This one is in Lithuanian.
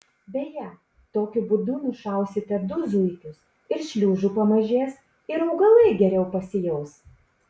beje tokiu būdu nušausite du zuikius ir šliužų pamažės ir augalai geriau pasijaus